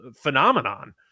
phenomenon